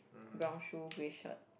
brown shoe grey shirt